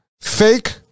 fake